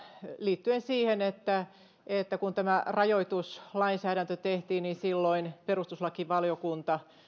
liittyen siihen että silloin kun tämä rajoituslainsäädäntö tehtiin perustuslakivaliokunta